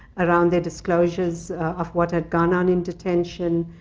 around their disclosures of what had gone on in detention.